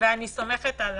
ואני סומכת על